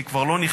אני לא נכנס